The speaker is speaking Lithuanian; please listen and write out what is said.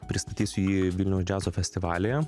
pristatysiu jį vilniaus džiazo festivalyje